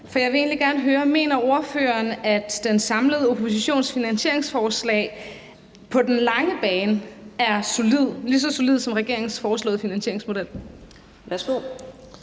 og jeg vil egentlig gerne høre: Mener ordføreren, at den samlede oppositions finansieringsforslag på den lange bane er solidt – lige så solidt som regeringens foreslåede finansieringsmodel?